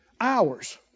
Hours